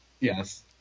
yes